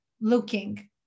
looking